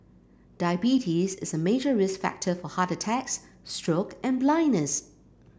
diabetes is a major risk factor for heart attacks stroke and blindness